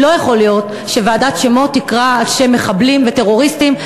לא יכול להיות שוועדת שמות תקרא רחובות על-שם מחבלים וטרוריסטים,